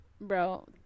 Bro